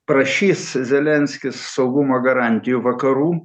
prašys zelenskis saugumo garantijų vakarų